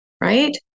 Right